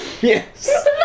Yes